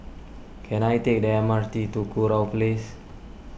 can I take the M R T to Kurau Place